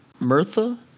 Mirtha